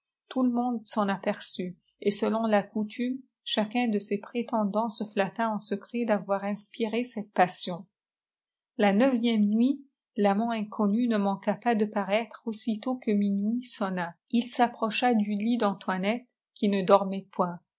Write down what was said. tout le monde s'jen aperçut et selon la coutume chacun de ses prétendants se flatta en secret d'avoir inspiré cette passion la neuvième nuit l'amant inconnu ne manqua pas de paraître aussitôt que minuit sonna il s'approcha du lit d'antoinette qui ne dormait point